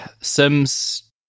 sims